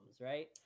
right